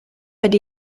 but